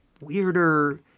weirder